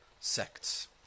sects